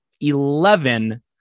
eleven